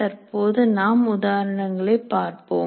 தற்போது நாம் உதாரணத்தைப் பார்ப்போம்